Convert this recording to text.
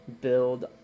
build